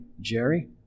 Jerry